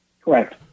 Correct